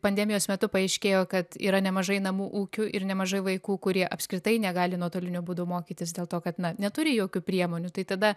pandemijos metu paaiškėjo kad yra nemažai namų ūkių ir nemažai vaikų kurie apskritai negali nuotoliniu būdu mokytis dėl to kad na neturi jokių priemonių tai tada